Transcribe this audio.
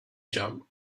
jump